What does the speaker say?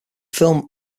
film